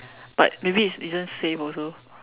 but maybe it isn't safe also